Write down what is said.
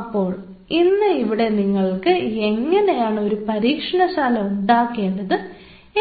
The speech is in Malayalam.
അപ്പോൾ ഇന്ന് ഇവിടെ നിങ്ങൾക്ക് എങ്ങനെയാണ് ഒരു പരീക്ഷണശാല ഉണ്ടാക്കേണ്ടത്